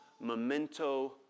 memento